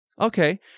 Okay